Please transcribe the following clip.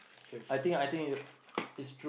cheers